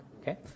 Okay